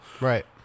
right